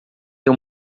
tem